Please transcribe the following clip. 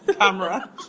camera